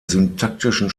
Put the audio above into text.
syntaktischen